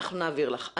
אנחנו נעביר לך.